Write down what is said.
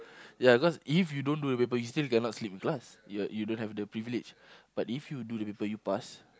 ya cause if you don't do the paper you still cannot sleep in class you you don't have the privilege but if you do the paper you pass